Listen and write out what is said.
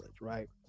right